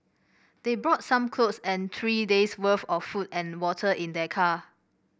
they brought some clothes and three days' worth of food and water in their car